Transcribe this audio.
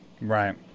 right